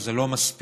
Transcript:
אבל זה לא מספיק,